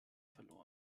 verloren